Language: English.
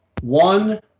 one